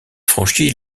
franchit